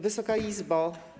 Wysoka Izbo!